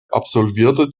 absolvierte